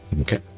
Okay